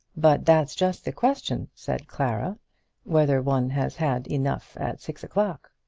but that's just the question, said clara whether one has had enough at six o'clock.